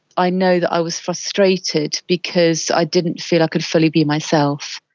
i know that i was frustrated because i didn't feel i could fully be myself.